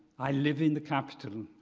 i live in the capitol.